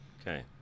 Okay